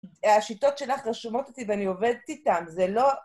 השיטות שלך רשומות איתי ואני עובדת איתן, זה לא...